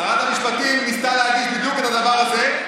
שרת המשפטים ניסתה להגיש בדיוק את הדבר הזה,